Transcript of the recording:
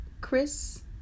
Chris